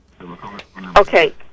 Okay